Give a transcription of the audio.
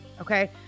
okay